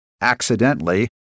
accidentally